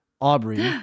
Aubrey